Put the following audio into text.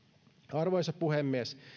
arvoisa puhemies